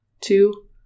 two